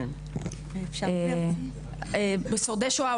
ושורדי שואה,